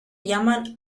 llaman